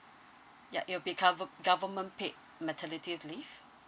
ya it'll be gover~ government paid maternity leave